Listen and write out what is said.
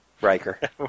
Riker